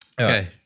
Okay